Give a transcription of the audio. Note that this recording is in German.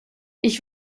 ich